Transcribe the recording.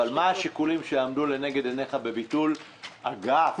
אבל מה שהשיקולים שעמדו לנגד עיניך בביטול אגף,